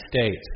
States